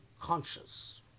conscious